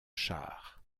char